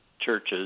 churches